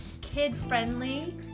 kid-friendly